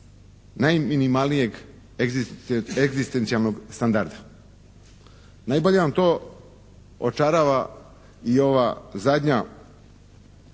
najminimalnijeg egzistencijalnog standarda. Najbolje vam to očarava i ova zadnja